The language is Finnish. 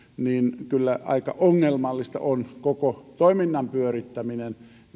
kyllä aika ongelmallista on koko toiminnan pyörittäminen